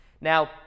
Now